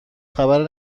خبر